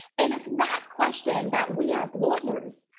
and it's that question that we, as lawyers,